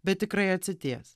bet tikrai atsities